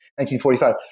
1945